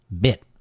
bit